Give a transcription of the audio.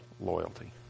loyalty